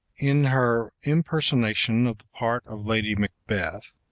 in her impersonation of the part of lady macbeth,